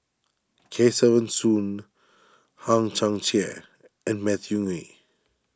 Kesavan Soon Hang Chang Chieh and Matthew Ngui